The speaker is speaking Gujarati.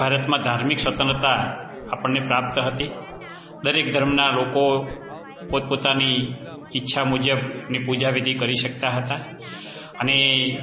ભારતમાં ધાર્મિક સ્વતંત્રતા આપણને પ્રાપ્ત હતી દરેક ધર્મના લોકો પોતપોતાની ઈચ્છા મુજબ ની પૂજા વિધિ કરી શકતા હતા અને